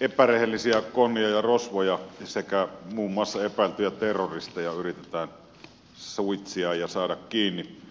epärehellisiä konnia ja rosvoja sekä muun muassa epäiltyjä terroristeja yritetään suitsia ja saada kiinni